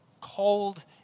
cold